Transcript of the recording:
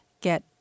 get